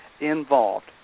involved